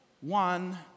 one